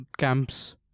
camps